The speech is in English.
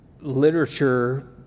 literature